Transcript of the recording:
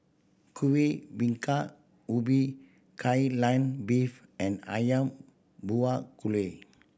Kueh Bingka Ubi Kai Lan Beef and Ayam Buah Keluak